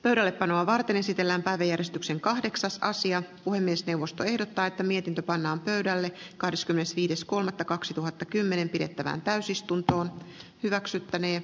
reppanoa varten esitellään mitä siinä tehdään ja puhemiesneuvosto ehdottaa että mietintö pannaan pöydälle kahdeskymmenesviides kuudetta kaksituhattakymmenen pidettävään täysistunto hyväksyttänee